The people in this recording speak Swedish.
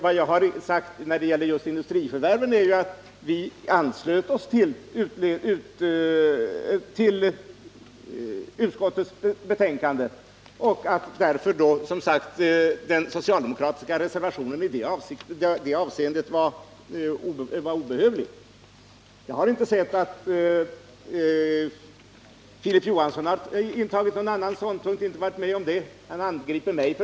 Vad jag har sagt när det gäller industriförvärven är att vi anslöt oss till utskottets betänkande och att därför, som sagt, den socialdemokratiska reservationen i det avseendet var obehövlig. Jag har inte sett att Filip Johansson intagit någon annan ståndpunkt, som motiverar att han angriper mig.